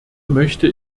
möchte